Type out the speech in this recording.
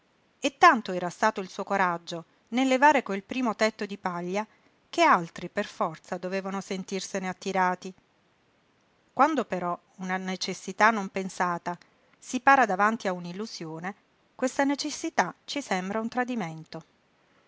e tanto era stato il suo coraggio nel levare quel primo tetto di paglia che altri per forza dovevano sentirsene attirati quando però una necessità non pensata si para davanti a una illusione questa necessità ci sembra un tradimento